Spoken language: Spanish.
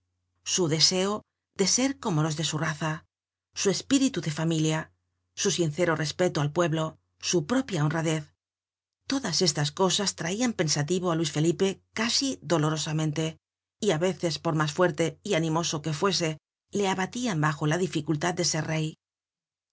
su deseo de ser como los de su raza su espíritu de familia su sincero respeto al pueblo su propia honradez todas estas cosas traian pensativo á luis felipe casi dolorosamente y á veces por mas fuerte y animoso que fuese le abatian bajo la dificultad de ser rey